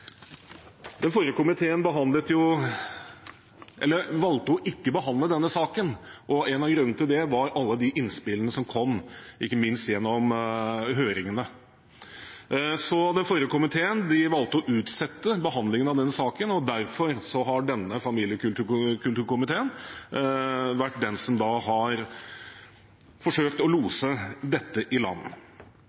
Den forrige komiteen valgte å ikke behandle denne saken, og en av grunnene til det var alle de innspillene som kom, ikke minst gjennom høringene. Den forrige komiteen valgte å utsette behandlingen av denne saken, og derfor har denne familie- og kulturkomiteen vært den som har forsøkt å lose dette i land.